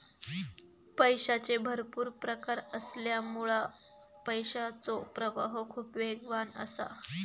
पैशाचे भरपुर प्रकार असल्यामुळा पैशाचो प्रवाह खूप वेगवान असा